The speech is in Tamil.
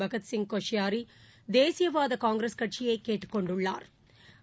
திருபகத்சிங் கோஷ்யாரிதேசியவாதகாங்கிரஸ் கட்சியைகேட்டுக் கொண்டுள்ளாா்